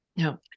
No